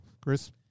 Chris